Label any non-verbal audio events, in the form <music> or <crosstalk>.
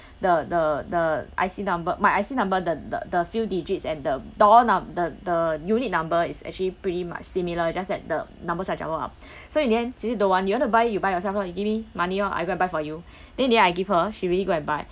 the the the I_C number my I_C number the the the few digits and the that one ah the the unit number is actually pretty much similar just that the number such <breath> so in the end she say don't want you want to buy you buy yourself lah you give me money [one] I go and buy for you then then I give her she really go and buy